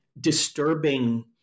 disturbing